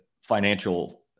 financial